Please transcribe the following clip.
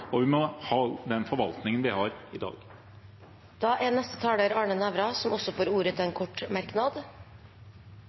og vi må ha den forvaltningen vi har i dag. Representanten Arne Nævra har hatt ordet to ganger før og får ordet til en